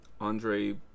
Andre